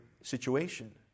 situation